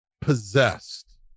possessed